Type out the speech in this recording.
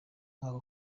umwaka